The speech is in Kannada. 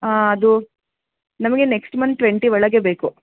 ಹಾಂ ಅದು ನಮಗೆ ನೆಕ್ಸ್ಟ್ ಮಂತ್ ಟ್ವೆಂಟಿ ಒಳಗೆ ಬೇಕು